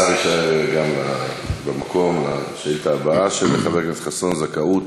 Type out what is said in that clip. השר יישאר במקום לשאילתה הבאה של חבר הכנסת חסון: זכאות